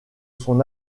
son